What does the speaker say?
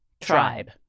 tribe